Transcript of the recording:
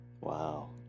Wow